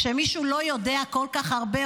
כשמישהו לא יודע כל כך הרבה,